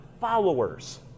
followers